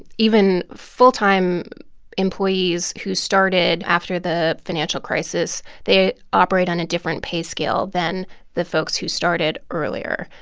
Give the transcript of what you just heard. even full-time employees who started after the financial crisis, they ah operate on a different pay scale than the folks who started earlier.